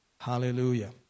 Hallelujah